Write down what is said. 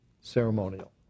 ceremonial